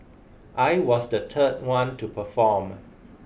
I was the third one to perform